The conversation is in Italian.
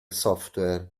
software